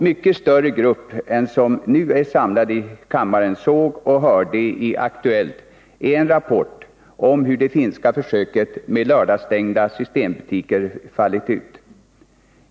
Mycket större grupp än den som nu är samlad i kammaren såg och hörde i Aktuellt en rapport om hur det finska försöket med lördagsstängda systembutiker utfallit.